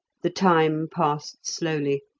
the time passed slowly,